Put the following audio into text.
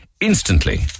Instantly